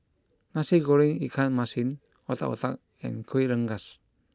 Nasi Goreng Ikan Masin Otak Otak and Kueh Rengas